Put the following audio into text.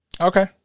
Okay